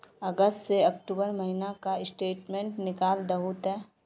अगस्त से अक्टूबर महीना का स्टेटमेंट निकाल दहु ते?